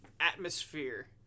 atmosphere